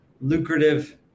lucrative